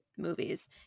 movies